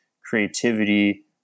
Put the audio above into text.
creativity